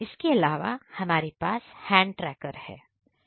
उसके अलावा हमारे पास है हैंड ट्रैक्टर है